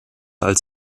als